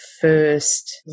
first